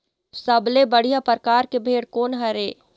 सबले बढ़िया परकार के भेड़ कोन हर ये?